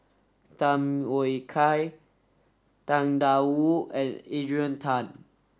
Tham Yui Kai Tang Da Wu and Adrian Tan